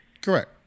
Correct